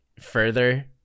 further